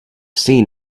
seen